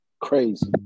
Crazy